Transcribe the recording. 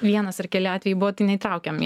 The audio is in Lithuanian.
vienas ar keli atvejai buvo tai neįtraukėm į